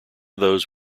those